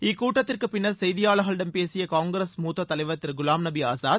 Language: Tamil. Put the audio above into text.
இக்கூட்டத்திற்கு பின்னர் செய்தியாளர்களிடம் பேசிய காங்கிரஸ் மூத்த தலைவர் திரு குலாம் நபி ஆசாத்